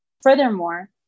Furthermore